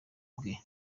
bwe